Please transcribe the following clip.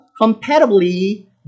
compatibly